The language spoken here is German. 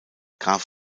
graf